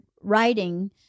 writing